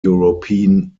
european